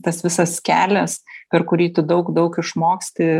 tas visas kelias per kurį tu daug daug išmoksti